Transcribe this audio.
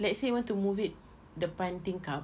let's say you want to move it depan tingkap